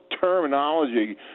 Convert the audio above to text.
terminology